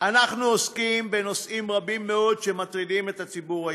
אנחנו עוסקים בנושאים רבים מאוד שמטרידים את הציבור הישראלי,